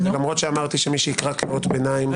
למרות שאמרתי שמי שיקרא קריאות ביניים,